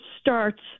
starts